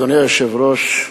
אדוני היושב ראש,